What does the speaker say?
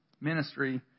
Ministry